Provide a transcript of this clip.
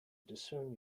discern